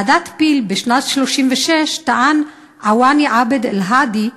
בוועדת פיל בשנת 1936 טען עוואני עבד אלהאדי,